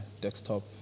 desktop